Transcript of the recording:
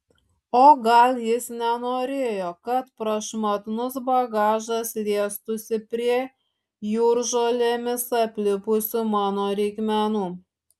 o gal jis nenorėjo kad prašmatnus bagažas liestųsi prie jūržolėmis aplipusių mano reikmenų